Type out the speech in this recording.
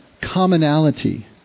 commonality